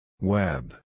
Web